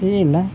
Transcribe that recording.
ಇದಿಲ್ಲ